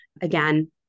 Again